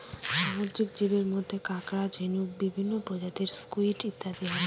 সামুদ্রিক জীবের মধ্যে কাঁকড়া, ঝিনুক, বিভিন্ন প্রজাতির স্কুইড ইত্যাদি হয়